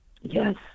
Yes